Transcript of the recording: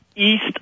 east